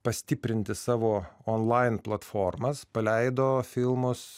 pastiprinti savo onlain platformas paleido filmus